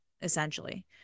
essentially